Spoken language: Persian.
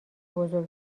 بزرگ